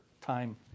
time